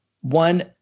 one